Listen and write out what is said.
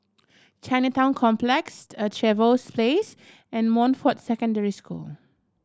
Chinatown Complex A Trevose Place and Montfort Secondary School